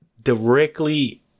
directly